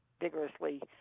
vigorously